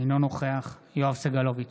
אינו נוכח יואב סגלוביץ'